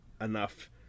enough